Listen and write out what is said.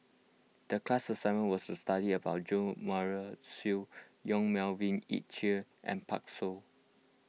the class assignment was to study about Jo Marion Seow Yong Melvin Yik Chye and Pan Shou